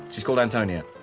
she's called antonia.